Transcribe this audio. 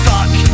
Fuck